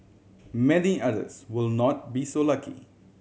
many others will not be so lucky